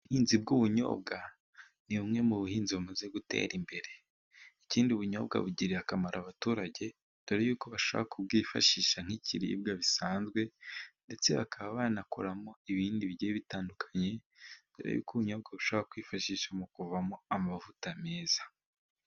Ubuhinzi bw'ubunyobwa ni bumwe mu buhinzi bumaze gutera imbere, ikindi Ubunyobwa bugirira akamaro abaturage dore ko bashobora kubwifashisha nkikiribwa bisanzwe, ndetse bakaba banakoramo ibindi bigiye bitandukanye dore ko Ubunyobwa bushobora kwifashishwa mukuvamo amavuta meza.